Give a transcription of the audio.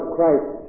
Christ